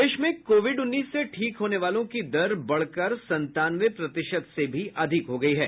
प्रदेश में कोविड उन्नीस से ठीक होने वालों की दर बढ़कर संतानवे प्रतिशत से भी अधिक हो गयी है